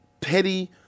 petty